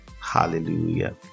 Hallelujah